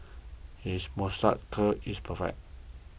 his moustache curl is perfect